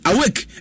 Awake